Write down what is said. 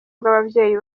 bw’ababyeyi